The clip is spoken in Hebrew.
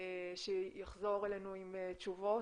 שיחזור אלינו עם תשובות.